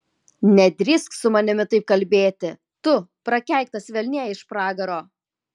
nedrįsk su manimi taip kalbėti tu prakeiktas velnie iš pragaro